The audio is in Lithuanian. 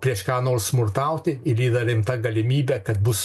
prieš ką nors smurtauti ir yra rimta galimybė kad bus